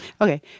Okay